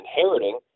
inheriting